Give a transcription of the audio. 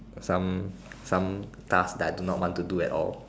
some some task that I do not want to do at all